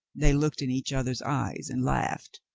they looked in each other's eyes and laughed.